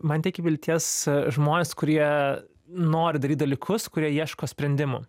man tiek vilties žmonės kurie nori daryt dalykus kurie ieško sprendimų